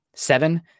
Seven